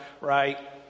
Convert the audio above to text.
right